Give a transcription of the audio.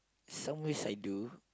some ways I do